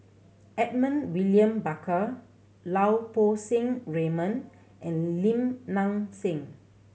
Edmund William Barker Lau Poo Seng Raymond and Lim Nang Seng